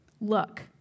Look